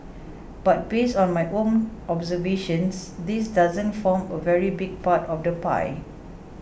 but based on my own observations this doesn't form a very big part of the pie